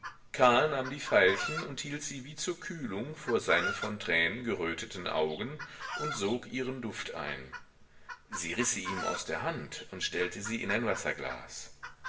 karl nahm die veilchen und hielt sie wie zur kühlung vor seine von tränen geröteten augen und sog ihren duft ein sie riß sie ihm aus der hand und stellte sie in ein wasserglas